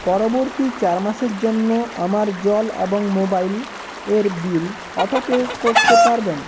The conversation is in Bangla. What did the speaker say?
পরবর্তী চার মাসের জন্য আমার জল এবং মোবাইল এর বিল অটোপে করতে পারবেন